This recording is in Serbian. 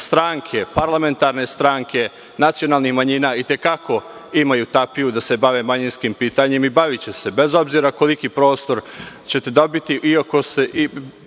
parlamentarne stranke nacionalnih manjina i te kako imaju tapiju da se bave manjinskim pitanjima i baviće se bez obzira koliki prostor će dobiti, iako je